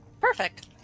Perfect